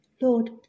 Lord